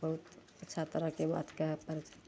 बहुत अच्छा तरहके बात कहे पड़ै छै